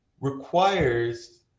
requires